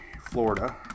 Florida